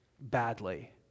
badly